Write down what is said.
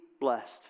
blessed